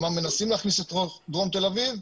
מה מנסים להכניס לתוך דרום תל אביב,